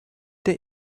der